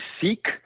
seek